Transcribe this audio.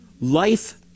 Life